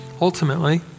ultimately